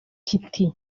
kiti